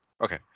okay